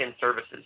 services